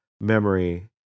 memory